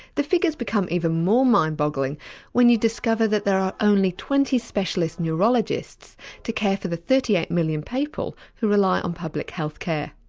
the figures become even more mind-boggling when you discover that there are only twenty specialist neurologists to care for the thirty eight million people who rely on public health care.